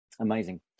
Amazing